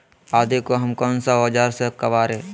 आदि को कौन सा औजार से काबरे?